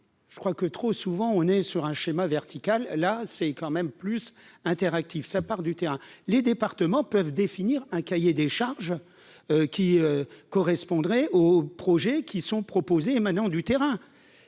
Je crois que, trop souvent, on est sur un schéma vertical, là, c'est quand même plus interactif, ça part du terrain, les départements peuvent définir un cahier des charges qui correspondrait aux projets qui sont proposés, émanant du terrain,